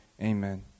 amen